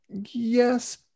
Yes